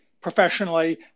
professionally